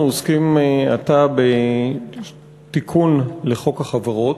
אנחנו עוסקים עתה בתיקון לחוק החברות.